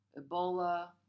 Ebola